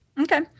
Okay